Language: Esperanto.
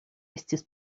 estis